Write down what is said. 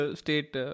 state